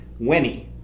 Wenny